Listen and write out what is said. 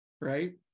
right